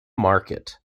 market